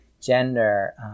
gender